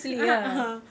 ah ah